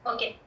Okay